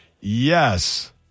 Yes